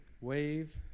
Wave